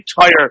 entire